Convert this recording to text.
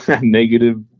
Negative